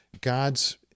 God's